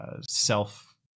self